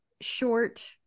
short